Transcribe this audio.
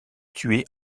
tué